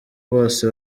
bose